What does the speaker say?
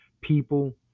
people